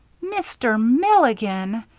mr. milligan!